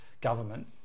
government